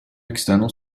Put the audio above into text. external